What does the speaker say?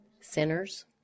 sinners